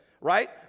right